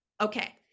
Okay